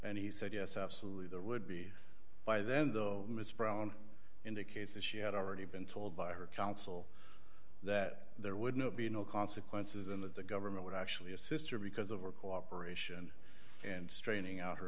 and he said yes absolutely there would be by then the ms brown indicates that she had already been told by her counsel that there would not be no consequences and that the government would actually a sister because of our cooperation and straining out her